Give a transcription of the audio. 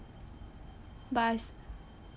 but I